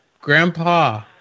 Grandpa